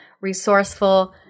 resourceful